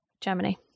germany